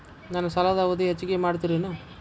ನನ್ನ ಸಾಲದ ಅವಧಿ ಹೆಚ್ಚಿಗೆ ಮಾಡ್ತಿರೇನು?